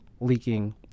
leaking